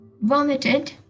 vomited